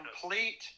complete